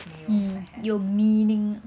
meals I had